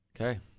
Okay